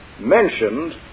mentioned